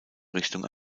richtung